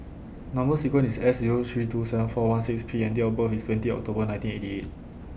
Number sequence IS S Zero three two seven four one six P and Date of birth IS twenty of October nineteen eighty eight